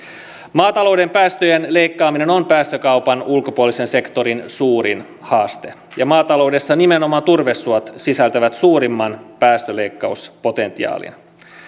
maatalouden päästöjen leikkaaminen on päästökaupan ulkopuolisen sektorin suurin haaste ja maataloudessa nimenomaan turvesuot sisältävät suurimman päästöleikkauspotentiaalin